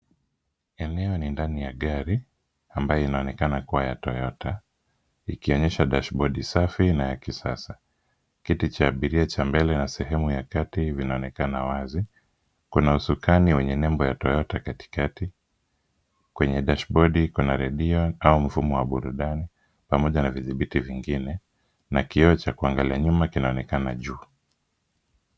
Eneo ni ndani ya gari ambayo inaonekana kuwa ya Toyota ikionyesha dashbodi safi na ya kisasa. Kiti cha abiria cha mbele na sehemu ya kati vinaonekana wazi. Kuna usukani wenye nembo ya Toyota katikati. Kwenye dashbodi kuna radio au mfumo wa burudani, pamoja na vidhibiti vingine, na kioo cha kuangalia nyuma kinaonekana juu.